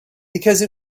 because